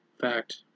Fact